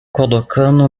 colocando